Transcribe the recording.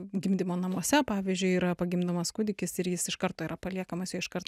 gimdymo namuose pavyzdžiui yra pagimdomas kūdikis ir jis iš karto yra paliekamas jo iškart